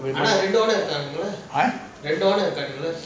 eh